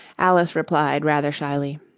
alice replied, rather shyly,